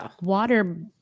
water